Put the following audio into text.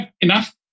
enough